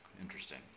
Interesting